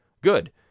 good